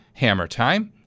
hammertime